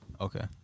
okay